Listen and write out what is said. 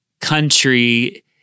country